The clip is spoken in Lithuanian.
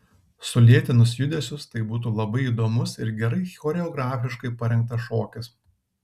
sulėtinus judesius tai būtų labai įdomus ir gerai choreografiškai parengtas šokis